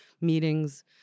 meetings